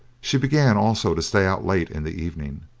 she began also to stay out late in the evening,